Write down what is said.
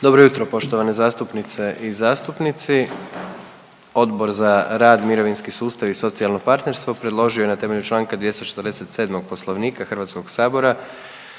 Dobro jutro poštovane zastupnice i zastupnici. Odbor za rad, mirovinski sustav i socijalno partnerstvo predložio je na temelju čl. 247. Poslovnika HS da